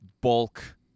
bulk